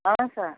అవును సార్